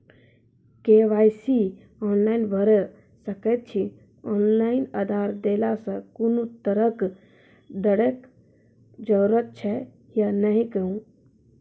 KYC online भैरि सकैत छी, ऑनलाइन आधार देलासॅ कुनू तरहक डरैक जरूरत छै या नै कहू?